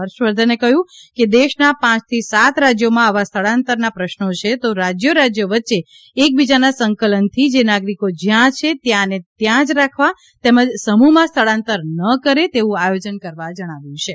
હર્ષવર્ધને કહ્યું કે દેશના પાંચ થી સાત રાજ્યોમાં આવા સ્થળાંતરના પ્રશ્નો છે તો રાજયો રાજયો વચ્ચે એકબીજાના સંકલનથી જે નાગરીકો જયાં છે ત્યાં ને ત્યાં જ રાખવા તેમજ સમૂહમાં સ્થાળાંતર ન કરે એવું આયોજન કરવા જણાવ્યું હતું